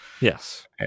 Yes